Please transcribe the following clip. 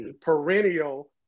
perennial